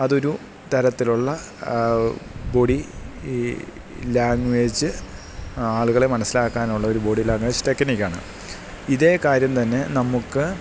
അതൊരു തരത്തിലുള്ള body language ആളുകളെ മനസ്സിലാക്കാനുള്ളൊരു ബോഡി ലാങ്വേജ് ടെക്നിക്കാണ് ഇതേ കാര്യം തന്നെ നമുക്ക്